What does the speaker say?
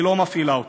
והיא לא מפעילה אותם.